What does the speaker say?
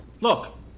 Look